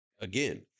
Again